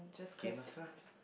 Game of Thrones